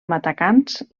matacans